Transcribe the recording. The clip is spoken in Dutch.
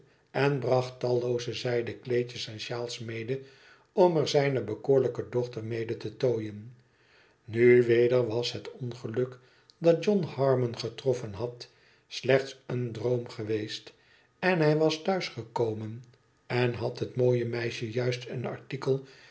en bracht tallooze zijden kleedjes en sjaals mede om er zijne bekoorlijke dochter mede te tooien nu weder was het ongeluk dat john harmon getroffen had slechts een droom geweest en hij was thuis gekomen en had het mooie meisje juist een artikel